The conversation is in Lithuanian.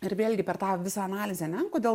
ir vėlgi per tą visą analizę ane kodėl